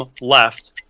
left